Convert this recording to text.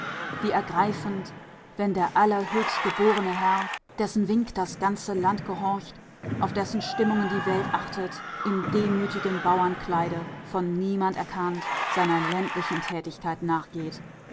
wie ergreifend wenn der allerhöchstgeborene herr dessen wink das ganze land gehorcht auf dessen stimmungen die welt achtet im demütigen bauernkleide von niemand erkannt seiner ländlichen tätigkeit nachgeht